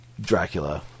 Dracula